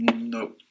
No